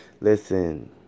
Listen